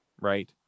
right